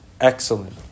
excellent